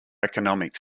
economic